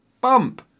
Bump